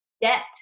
debt